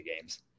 games